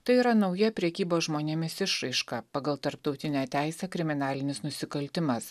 tai yra nauja prekybos žmonėmis išraiška pagal tarptautinę teisę kriminalinis nusikaltimas